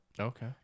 Okay